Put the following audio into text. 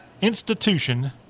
institution